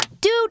dude